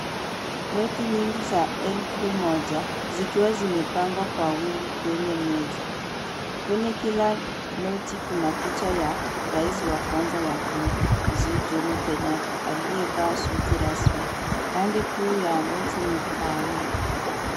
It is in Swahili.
Noti nyingi za elfu moja, zikiwa zimepangwa kwa wingi kwenye meza. Kwenye kila noti kuna picha ya raisi wa kwanza wa Kenya, mzee Jomo Kenyatta aliyevaa suti rasmi. Rangi kuu ya noti ni kahawia.